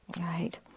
Right